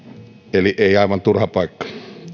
eli ei aivan turha paikka